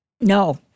no